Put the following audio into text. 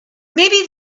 maybe